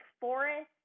Forest